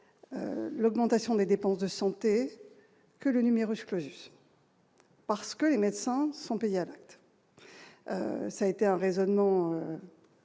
l'augmentation des dépenses de santé que le numerus clausus. Parce que les médecins sont payés, ça été un raisonnement.